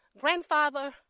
grandfather